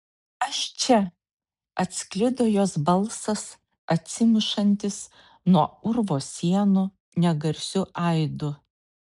aš čia atsklido jos balsas atsimušantis nuo urvo sienų negarsiu aidu